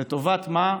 לטובת מה?